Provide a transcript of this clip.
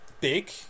big